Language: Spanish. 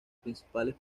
principales